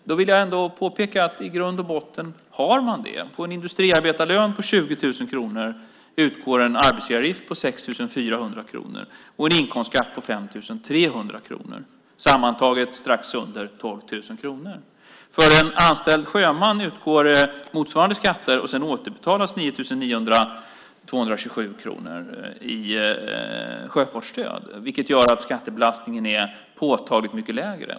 Då vill jag ändå påpeka att man i grund och botten har det. På en industriarbetarlön på 20 000 kronor utgår en arbetsgivaravgift på 6 400 kronor och en inkomstskatt på 5 300 kronor - sammantaget strax under 12 000 kronor. För en anställd sjöman utgår motsvarande skatter. Sedan återbetalas 9 227 kronor i sjöfartsstöd, vilket gör att skattebelastningen är påtagligt mycket lägre.